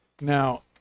now